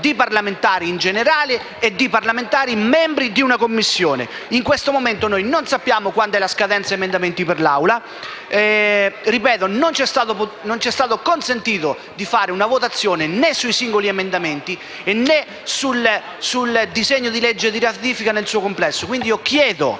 di parlamentari in generale e di parlamentari membri di una Commissione. In questo momento non sappiamo quale sia la scadenza per la presentazione degli emendamenti in Assemblea e, lo ripeto, non ci è stato consentito di fare una votazione né sui singoli emendamenti, né sul disegno di legge di ratifica nel suo complesso. Quindi chiedo